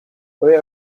where